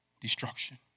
destruction